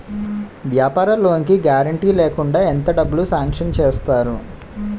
వ్యాపార లోన్ కి గారంటే లేకుండా ఎంత డబ్బులు సాంక్షన్ చేస్తారు?